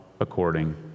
according